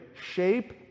shape